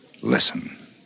Listen